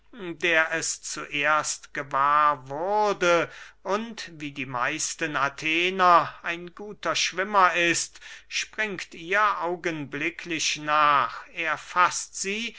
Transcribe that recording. der es zuerst gewahr wurde und wie die meisten athener ein guter schwimmer ist springt ihr augenblicklich nach erfaßt sie